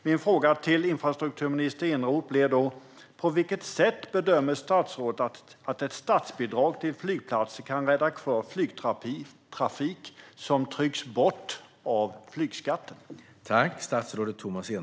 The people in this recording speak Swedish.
Min fråga till infrastrukturminister Eneroth blir då: På vilket sätt bedömer statsrådet att ett statsbidrag till flygplatser kan rädda kvar flygtrafik som trycks bort av flygskatten?